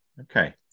Okay